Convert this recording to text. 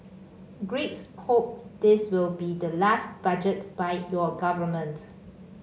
greeks hope this will be the last budget by your government